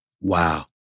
Wow